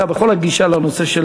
בכל הגישה לנושא של